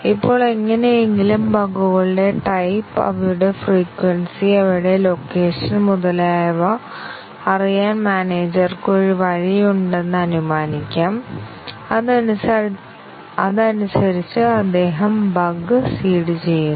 ഇപ്പോൾ എങ്ങനെയെങ്കിലും ബഗുകളുടെ ടൈപ്പ് അവയുടെ ഫ്രീക്വെൻസി അവയുടെ ലൊക്കേഷൻ മുതലായവ അറിയാൻ മാനേജർക്ക് ഒരു വഴിയുണ്ടെന്ന് അനുമാനിക്കാം അതനുസരിച്ച് അദ്ദേഹം ബഗ് സീഡ് ചെയ്യുന്നു